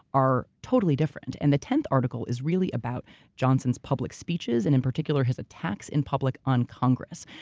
are totally different. and the tenth article is really about johnson's public speeches, and in particular his attacks in public on congress.